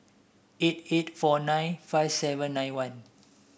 eight eight four nine five seven nine one